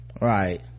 right